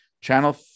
Channel